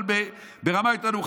אבל ברמה יותר נמוכה,